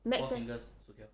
McD's eh